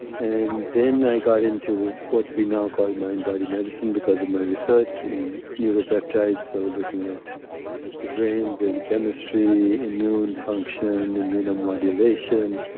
and then i got into what we now call mind-body medicine because of my research in neuropeptides. so looking at the brain, brain chemistry, immune function, immunomodulation.